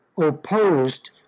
opposed